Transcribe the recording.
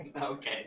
Okay